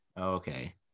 Okay